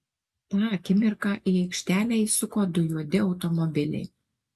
tą akimirką į aikštelę įsuko du juodi automobiliai